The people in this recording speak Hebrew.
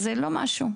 לכן זה לא משהו.